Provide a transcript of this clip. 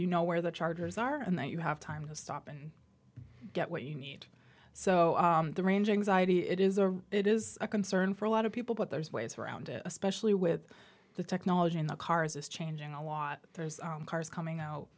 you know where the chargers are and that you have time to stop and get what you need so the range anxiety it is a it is a concern for a lot of people but there's ways around it especially with the technology in the cars is changing a lot there's cars coming out